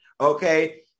okay